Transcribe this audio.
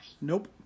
Nope